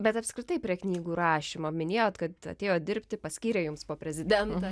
bet apskritai prie knygų rašymo minėjot kad atėjot dirbti paskyrė jums po prezidentą